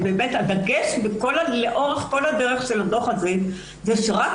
הדגש לאורך כל הדרך של הדוח הזה הוא שצריכה